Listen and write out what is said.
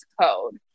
code